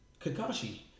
Kakashi